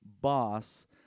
boss